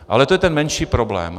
Ale to je ten menší problém.